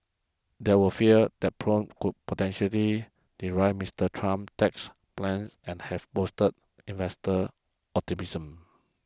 there were fears that probe could potentially derail Mister Trump's tax plans and have boosted investor optimism